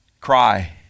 cry